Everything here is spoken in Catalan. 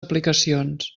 aplicacions